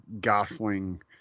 Gosling